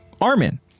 Armin